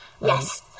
Yes